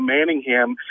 Manningham